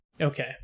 Okay